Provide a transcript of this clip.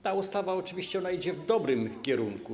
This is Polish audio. Ta ustawa oczywiście idzie w dobrym kierunku.